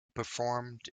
performed